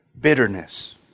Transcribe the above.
bitterness